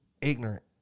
ignorant